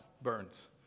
burns